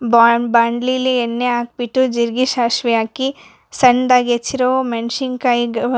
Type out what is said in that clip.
bond ಬಾಂಡ್ಲಿಲಿ ಎಣ್ಣೆ ಹಾಕ್ಬಿಟ್ಟು ಜೀರ್ಗೆ ಸಾಸ್ವೆ ಹಾಕಿ ಸಣ್ದಾಗೆಚ್ಚಿರೋ ಮೆಣ್ಸಿನ್ಕಾಯಿ ಗಾ